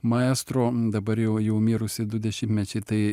maestro dabar jau jau mirusį du dešimtmečiai tai